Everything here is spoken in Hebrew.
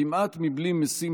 כמעט מבלי משים,